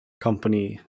company